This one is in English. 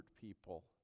people